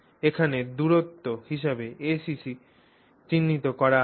এখানে দূরত্ব হিসাবে acc চিহ্নিত করা আছে